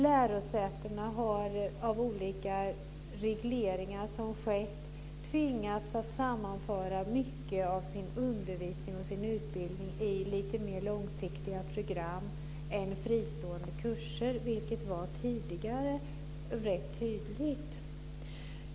Lärosätena har av olika regleringar som skett tvingats att sammanföra mycket av sin undervisning och sin utbildning i lite mer långsiktiga program än fristående kurser, vilket tidigare var rätt tydligt.